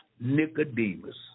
Nicodemus